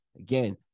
Again